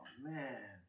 man